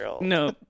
no